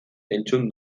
entzun